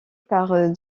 par